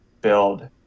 build